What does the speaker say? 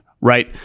Right